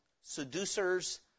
Seducers